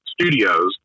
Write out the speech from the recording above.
Studios